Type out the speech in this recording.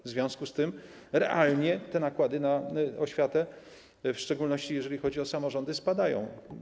W związku z tym realnie te nakłady na oświatę, w szczególności jeżeli chodzi o samorządy, spadają.